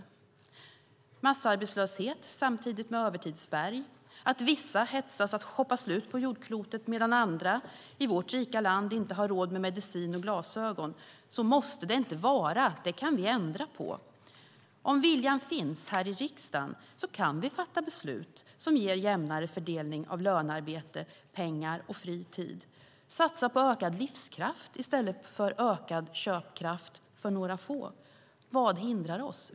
Det är massarbetslöshet samtidigt som det finns övertidsberg. Vissa hetsas att shoppa slut på jordklotet medan andra i vårt rika land inte har råd med medicin och glasögon. Så måste det inte vara. Det kan vi ändra på. Om viljan finns här i riksdagen kan vi fatta beslut som ger jämnare fördelning av lönearbete, pengar och fri tid och satsa på ökad livskraft i stället för ökad köpkraft för några få. Vad hindrar oss?